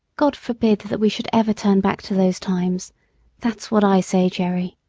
god forbid that we should ever turn back to those times that's what i say, jerry.